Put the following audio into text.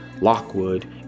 Lockwood